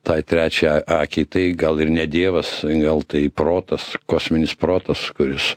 tai trečiai akiai tai gal ir ne dievas gal tai protas kosminis protas kuris